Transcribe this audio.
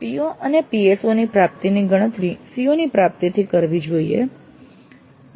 PO અને PSO ની પ્રાપ્તિની ગણતરી CO ની પ્રાપ્તિથી કરવી જોઈએ